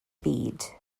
byd